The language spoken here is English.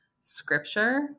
scripture